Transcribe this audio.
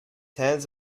hands